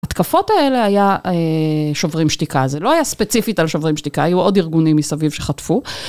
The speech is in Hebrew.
התקפות האלה היה שוברים שתיקה, זה לא היה ספציפית על שוברים שתיקה, היו עוד ארגונים מסביב שחטפו.